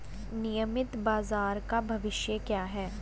नियमित बाजार का भविष्य क्या है?